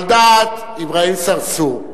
על דעת אברהים צרצור,